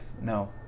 No